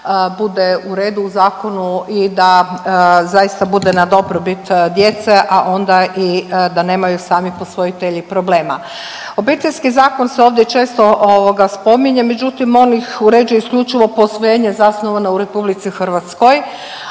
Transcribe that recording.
bude u redu u zakonu i da zaista bude na dobrobit djece, a onda i da nemaju sami posvojitelji problema. Obiteljski zakon se ovdje često ovoga spominje, međutim on ih uređuje isključivo posvojenje zasnovano u RH, ali ono